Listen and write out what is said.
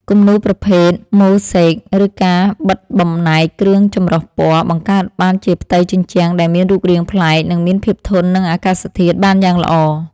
គំនូរប្រភេទ ម៉ូ-សេក ឬការបិទបំណែកក្បឿងចម្រុះពណ៌ បង្កើតបានជាផ្ទៃជញ្ជាំងដែលមានរូបរាងប្លែក និងមានភាពធន់នឹងអាកាសធាតុបានយ៉ាងល្អ។